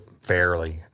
fairly